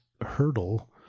hurdle